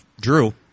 Drew